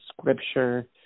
scripture